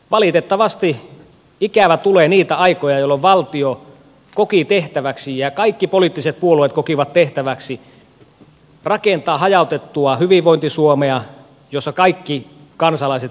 valitettavasti ikävä tulee niitä aikoja jolloin valtio koki tehtäväksi ja kaikki poliittiset puolueet kokivat tehtäväksi rakentaa hajautettua hyvinvointi suomea jossa kaikki kansalaiset pysyvät mukana